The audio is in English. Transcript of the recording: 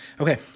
Okay